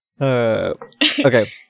okay